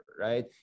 right